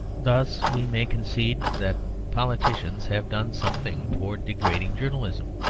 thus we may concede that politicians have done something towards degrading journalism.